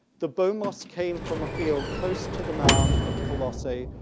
the bomos came from a field close to the mound of colossae,